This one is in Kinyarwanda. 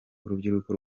urubyiruko